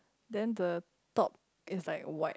then the top is like white